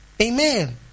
amen